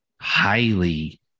highly